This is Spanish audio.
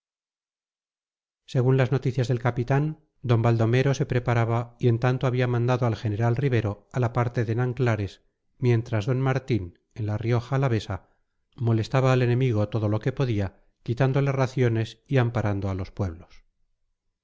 según las noticias del capitán d baldomero se preparaba y en tanto había mandado al general ribero a la parte de nanclares mientras d martín en la rioja alavesa molestaba al enemigo todo lo que podía quitándole raciones y amparando a los pueblos